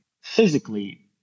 physically